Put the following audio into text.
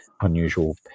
unusual